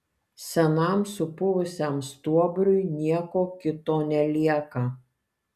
senam supuvusiam stuobriui nieko kito nelieka